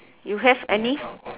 you have any